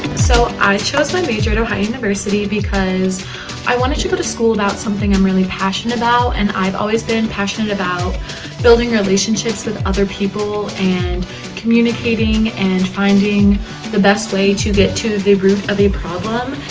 so, i chose my major at ohio university because i wanted to go to school about something i'm really passionate about, and i've always been and passionate about building relationships with other people, and communicating, and finding the best way to get to the root of a.